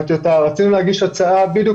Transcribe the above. צריך להגיש הצעה בדיוק